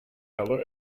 color